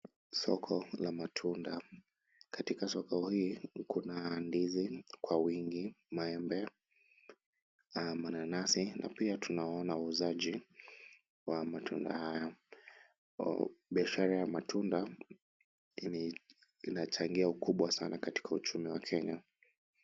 Soko la matunda. Katika soko hii kuna ndizi kwa wingi, maembe na mananasi na tunamwona muuzaji wa matunda. Biashara ya matunda inachangia ukubwa sana katika uchumi wa Kenya.